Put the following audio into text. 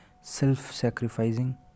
self-sacrificing